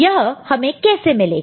यह हमें कैसे मिलेगा